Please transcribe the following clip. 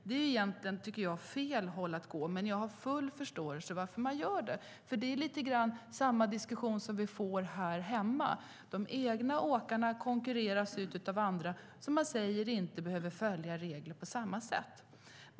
Jag tycker egentligen att det är att gå åt fel håll, men jag har full förståelse för varför man gör det. Det är lite grann samma diskussion som vi får här hemma. De egna åkarna konkurreras ut av andra, som man säger inte behöver följa regler på samma sätt.